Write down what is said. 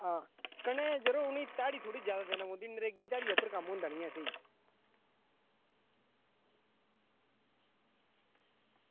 हां कन्नै यरो उनेंईं ध्याड़ी थोह्ड़ी ज्यादा देनी पौंदी नरेगा धारी उप्पर कम्म होंदा नि ऐ स्हेई